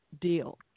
deal